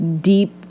deep